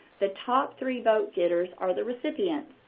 the top three vote-getters are the recipients.